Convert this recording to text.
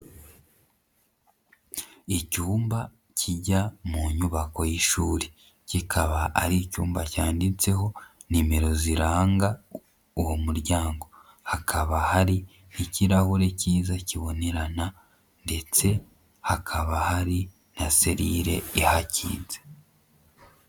Icyumba kijya mu nyubako y'ishuri kikaba ari icyumba cyanditseho nimero ziranga uwo muryango, hakaba hari nk'ikirahure cyiza kibonerana ndetse hakaba hari na selire ihakinze.